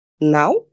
Now